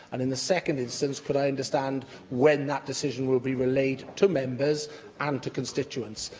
and, in the second instance, could i understand when that decision will be relayed to members and to constituents?